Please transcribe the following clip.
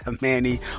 Manny